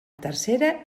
tercera